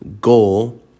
goal